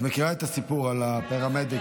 את מכירה את הסיפור על הפרמדיקים.